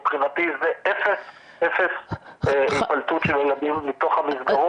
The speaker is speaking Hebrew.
מבחינתי זה אפס היפלטות של הילדים מתוך המסגרות.